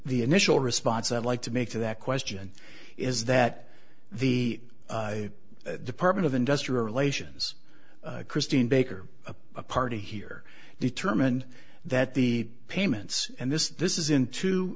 initial response i'd like to make to that question is that the department of industrial relations christine baker a party here determined that the payments and this this is in